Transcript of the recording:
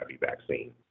vaccine